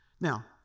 Now